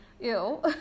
ew